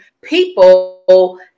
people